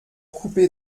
coupé